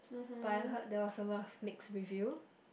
but I heard there was a lot of mixed review